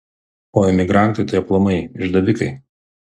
o emigrantai tai aplamai išdavikai